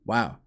Wow